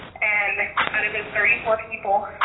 and out of those thirty four people,